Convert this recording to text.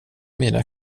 mina